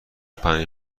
پنیر